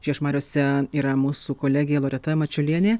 žiežmariuose yra mūsų kolegė loreta mačiulienė